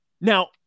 Now